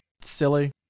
silly